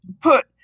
put